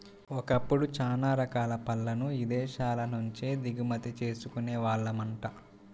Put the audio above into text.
ఒకప్పుడు చానా రకాల పళ్ళను ఇదేశాల నుంచే దిగుమతి చేసుకునే వాళ్ళమంట